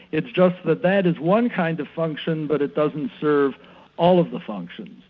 it's just that that is one kind of function but it doesn't serve all of the functions.